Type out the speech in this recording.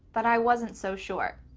but i wasn't so sure.